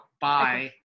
bye